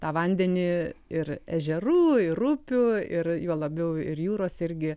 tą vandenį ir ežerų ir upių ir juo labiau ir jūros irgi